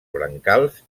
brancals